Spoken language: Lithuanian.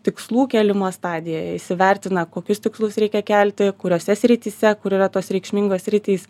tikslų kėlimo stadijoje įsivertina kokius tikslus reikia kelti kuriose srityse kur yra tos reikšmingos sritys